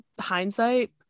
hindsight